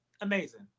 Amazing